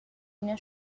ina